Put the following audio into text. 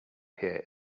here